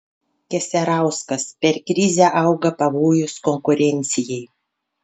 keserauskas per krizę auga pavojus konkurencijai